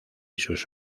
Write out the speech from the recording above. sus